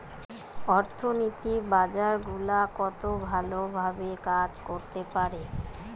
অর্থনীতির বাজার গুলা কত ভালো ভাবে কাজ করতে পারে